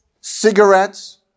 cigarettes